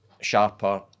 sharper